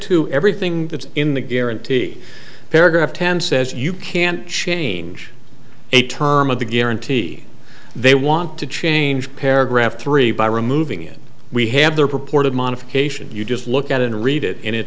to everything that's in the guarantee paragraph ten says you can't change a term of the guarantee they want to change paragraph three by removing it we have the purported modification you just look at and read it and it